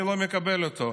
אני לא מקבל אותו,